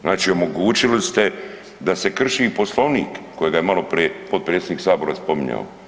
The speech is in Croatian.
Znači omogućili ste da se krši poslovnik kojega je maloprije potpredsjednik Sabora spominjao.